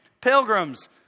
Pilgrims